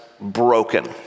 broken